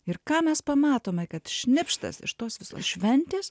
ir ką mes pamatome kad šnipštas iš tos visos šventės